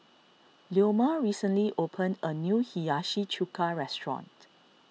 Leoma recently opened a new Hiyashi Chuka restaurant